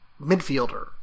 midfielder